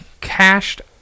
cached